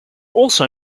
also